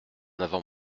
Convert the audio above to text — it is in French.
avant